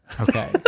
okay